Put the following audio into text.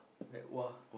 like !wah!